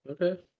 Okay